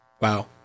Wow